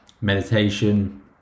meditation